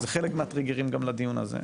זה חלק מהטריגרים גם לדיון הזה,